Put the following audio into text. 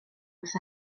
wrth